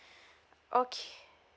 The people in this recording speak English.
okay